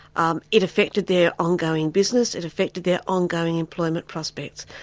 um it affected their ongoing business, it affected their ongoing employment prospects.